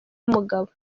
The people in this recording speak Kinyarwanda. y’umugabo